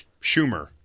Schumer